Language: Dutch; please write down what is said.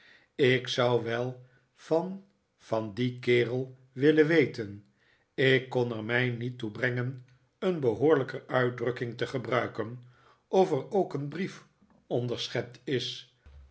ik zou wel van van dien kerel willen weten ik kon er mij niet toe brengen een behoorlijker uitdrukking te gebruiken of er ook een brief onderschept is